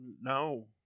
No